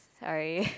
sorry